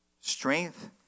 strength